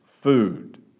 food